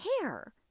care